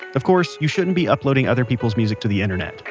of course, you shouldn't be uploading other peoples' music to the internet,